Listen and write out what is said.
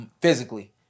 physically